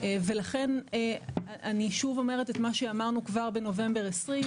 --- ולכן אני שוב אומרת את מה שאמרנו כבר בנובמבר 2020,